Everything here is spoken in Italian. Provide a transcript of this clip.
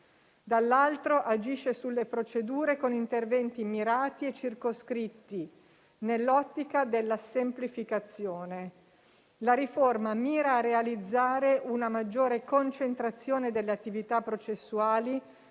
dall'altro, agisce sulle procedure con interventi mirati e circoscritti nell'ottica della semplificazione. La riforma mira a realizzare una maggiore concentrazione delle attività processuali